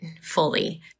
fully